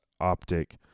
optic